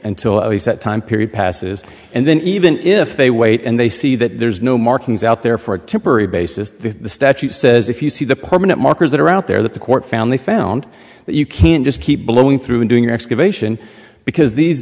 until that time period passes and then even if they wait and they see that there's no markings out there for a temporary basis the statute says if you see the permanent markers that are out there that the court found they found that you can't just keep blowing through and doing excavation because these